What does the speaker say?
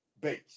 base